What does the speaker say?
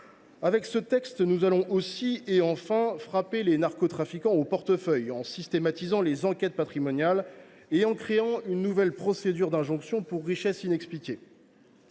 Avec ce texte, nous frapperons enfin les narcotrafiquants au portefeuille en systématisant les enquêtes patrimoniales et en créant une nouvelle procédure d’injonction pour richesse inexpliquée.